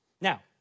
Now